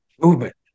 movement